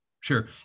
Sure